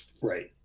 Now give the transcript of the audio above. right